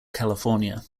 california